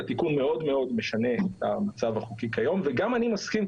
התיקון מאוד מאוד משנה את המצב החוקי כיום וגם אני מסכים,